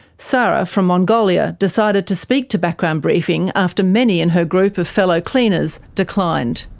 sara from mongolia decided to speak to background briefing after many in her group of fellow cleaners declined.